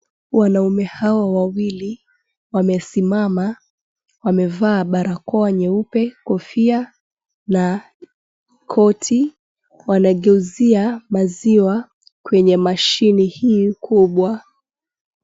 Wanaume hao wawili wamesimama wamevaa barakoa nyeupe, kofia na koti, wanageuzia maziwa kwenye mashini hii kubwa.